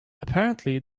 apparently